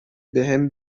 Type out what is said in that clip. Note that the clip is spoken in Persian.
بهم